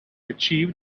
achieved